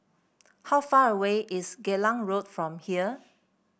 how far away is Geylang Road from here